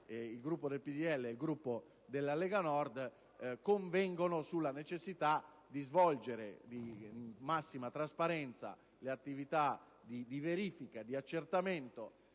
i Gruppi del PdL e della Lega Nord convengono sicuramente sulla necessità di svolgere in massima trasparenza le attività di verifica e di accertamento